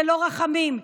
ללא רחמים,